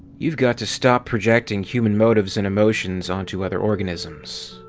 you've got to stop projecting human motives and emotions onto other organisms.